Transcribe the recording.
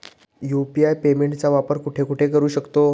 UPI पेमेंटचा वापर कुठे कुठे करू शकतो?